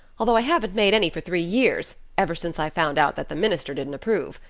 although i haven't made any for three years ever since i found out that the minister didn't approve.